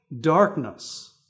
darkness